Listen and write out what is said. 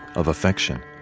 of affection,